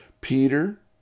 Peter